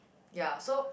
ya so